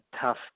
tough